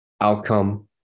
outcome